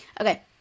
okay